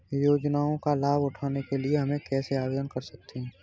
योजनाओं का लाभ उठाने के लिए हम कैसे आवेदन कर सकते हैं?